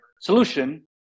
solution